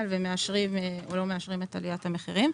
ומאשרים או לא מאשרים את עליית המחירים.